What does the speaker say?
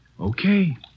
Okay